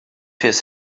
his